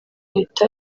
leta